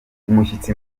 umushyitsi